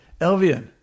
Elvian